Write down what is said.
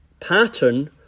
pattern